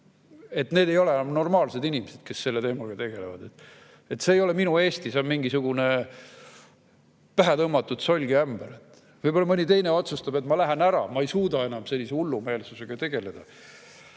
sest need ei ole enam normaalsed inimesed, kes selle teemaga tegelevad. See ei ole minu Eesti, see on mingisugune pähe tõmmatud solgiämber." Võib-olla mõni teine otsustab: "Ma lähen ära, ma ei suuda enam sellise hullumeelsusega tegeleda."